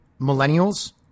millennials